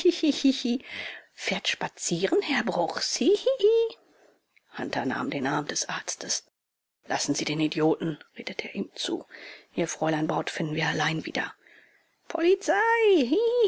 fährt spazieren herr bruchs hihihi hunter nahm den arm des arztes lassen sie den idioten redete er ihm zu ihr fräulein braut finden wir alleine wieder